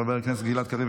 חבר הכנסת גלעד קריב,